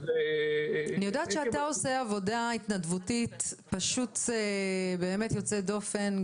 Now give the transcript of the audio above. אני יודעת שאתה עושה עבודה התנדבותית פשוט באמת יוצרת דופן.